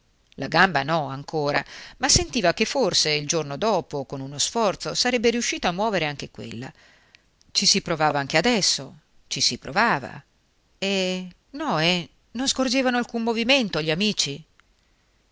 la gamba no ancora ma sentiva che forse il giorno dopo con uno sforzo sarebbe riuscito a muovere anche quella ci si provava anche adesso ci si provava e no eh non scorgevano alcun movimento gli amici